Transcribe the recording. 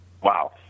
Wow